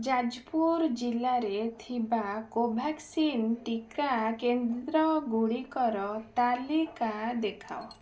ଯାଜପୁର ଜିଲ୍ଲାରେ ଥିବା କୋଭାକ୍ସିନ୍ ଟିକା କେନ୍ଦ୍ରଗୁଡ଼ିକର ତାଲିକା ଦେଖାଅ